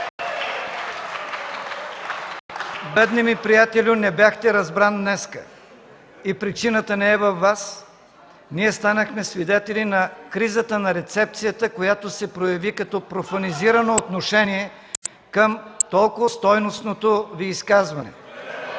Бедни ми приятелю, не бяхте разбран днес и причината не е във Вас! Ние станахме свидетели на кризата на рецепцията, която се прояви като профанизирано отношение към толкова стойностното Ви изказване. (Весело